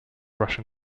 russian